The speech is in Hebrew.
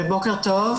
בוקר טוב.